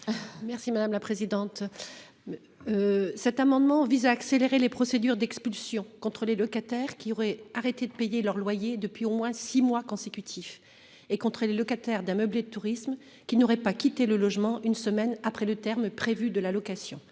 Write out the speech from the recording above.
Merci madame la présidente. Cet amendement vise à. Accélérer les procédures d'expulsion. Locataires qui aurait arrêté de payer leur loyer depuis au moins 6 mois consécutif et contrer les locataires d'un meublé de tourisme qui n'aurait pas quitté le logement. Une semaine après le terme prévu de la location,